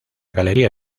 galería